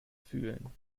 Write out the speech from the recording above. fühlen